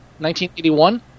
1981